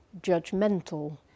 judgmental